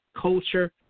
culture